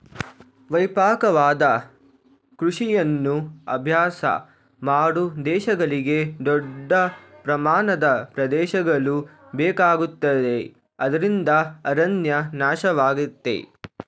ವ್ಯಾಪಕವಾದ ಕೃಷಿಯನ್ನು ಅಭ್ಯಾಸ ಮಾಡೋ ದೇಶಗಳಿಗೆ ದೊಡ್ಡ ಪ್ರಮಾಣದ ಪ್ರದೇಶಗಳು ಬೇಕಾಗುತ್ತವೆ ಅದ್ರಿಂದ ಅರಣ್ಯ ನಾಶವಾಗಯ್ತೆ